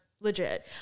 legit